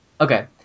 okay